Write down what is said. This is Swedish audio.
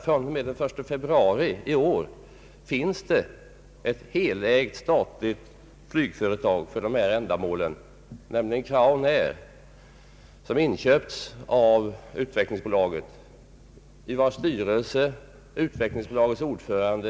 Från och med den 1 februari i år finns det ett statligt helägt flygföretag för detta ändamål, nämligen Crownair, som inköpts av Utvecklingsbolaget och vars styrelseordförande är Utvecklingsbolagets ordförande.